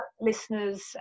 listeners